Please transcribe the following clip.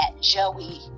Joey